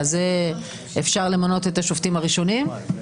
האם אפשר למנות את השופטים הראשונים?